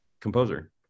composer